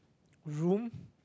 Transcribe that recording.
room